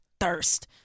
thirst